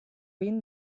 vint